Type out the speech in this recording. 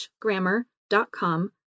Grammar.com